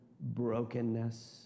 brokenness